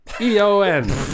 e-o-n